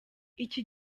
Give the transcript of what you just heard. iki